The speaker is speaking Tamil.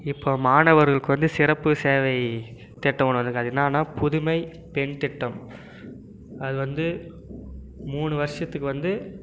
இப்போ மாணவர்களுக்கு வந்து சிறப்பு சேவை திட்டம் ஒன்று வந்திருக்கு அது என்னென்னா புதுமை பெண் திட்டம் அது வந்து மூணு வருஷத்துக்கு வந்து